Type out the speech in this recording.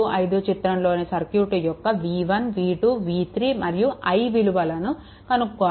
35 చిత్రంలోని సర్క్యూట్ యొక్క v1 v2 v3 మరియు i విలువలను కనుక్కోవాలి